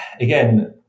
again